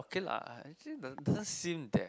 K lah actually doesn't seem that